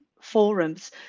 forums